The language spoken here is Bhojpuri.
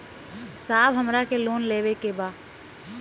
साहब हमरा के लोन लेवे के बा